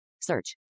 search